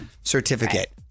certificate